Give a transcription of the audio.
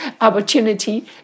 opportunity